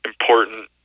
important